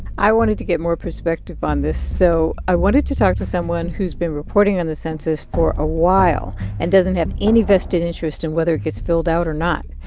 i wanted to get more perspective on this. so i wanted to talk to someone who's been reporting on the census for a while and doesn't have any vested interest in whether it gets filled out or not.